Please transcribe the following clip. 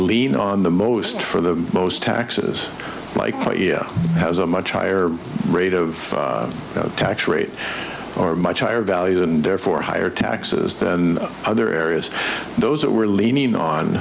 lean on the most for the most taxes likely has a much higher rate of tax rate or much higher values and therefore higher taxes than other areas those that were leaning on